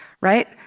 right